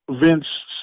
Vince